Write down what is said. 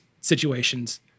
situations